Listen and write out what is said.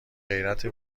غیرت